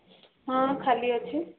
ହଁ ଖାଲି ଅଛି